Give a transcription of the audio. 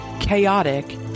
chaotic